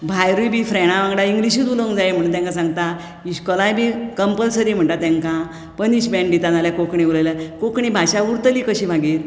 भायरूय बी फ्रँण्डां वांगडा इंग्लीशूच उलोवंक जाय म्हणुन तेंकां सांगता इस्कॉलांय बी कंपलसरी म्हणटा तेंकां पनिशमेंट दिता ना जाल्यार कोंकणी उलयल्यार कोंकणी भाशा उरतली कशी मागीर